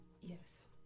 Yes